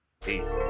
Peace